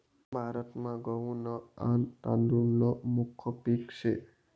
भारतमा गहू न आन तादुळ न मुख्य पिक से